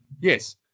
Yes